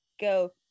go